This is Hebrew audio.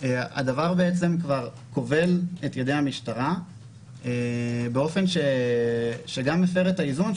הדבר הזה כבר כובל את ידי המשטרה באופן שגם מפר את האיזון,